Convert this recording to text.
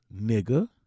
nigga